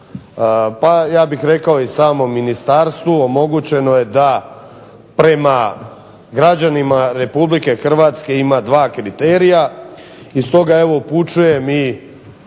pa ja bih i rekao i samom ministarstvu omogućeno je da prema građanima Republike Hrvatske ima dva kriterija, i stoga evo upućujem i